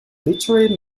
literally